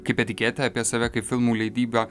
kaip etiketę apie save kaip filmų leidybą